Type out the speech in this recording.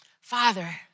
Father